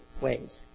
ways